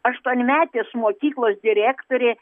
aštuonmetės mokyklos direktorė